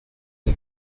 que